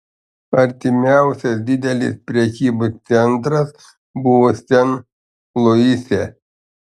artimiausias didelis prekybos centras buvo sen luise